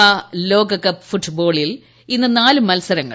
FIFA ലോകകപ്പ് ഫുട്ബോളിൽ ഇന്ന് നാല് മത്സരങ്ങൾ